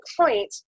point